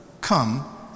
Come